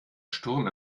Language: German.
sturm